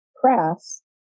Press